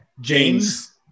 James